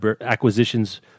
acquisitions